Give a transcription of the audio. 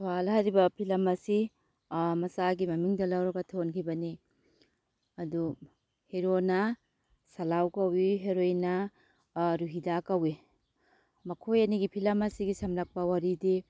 ꯁꯨꯍꯥꯜ ꯍꯥꯏꯔꯤꯕ ꯐꯤꯂꯝ ꯑꯁꯤ ꯃꯆꯥꯒꯤ ꯃꯃꯤꯡꯗ ꯂꯧꯔꯒ ꯊꯣꯟꯈꯤꯕꯅꯤ ꯑꯗꯨ ꯍꯦꯔꯣꯅ ꯁꯥꯂꯥꯎ ꯀꯧꯏ ꯍꯦꯔꯣꯏꯟꯅ ꯔꯨꯍꯤꯗꯥ ꯀꯧꯏ ꯃꯈꯣꯏ ꯑꯅꯤꯒꯤ ꯐꯤꯂꯝ ꯑꯁꯤꯒꯤ ꯁꯝꯂꯞꯄ ꯋꯥꯔꯤꯗꯤ